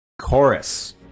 chorus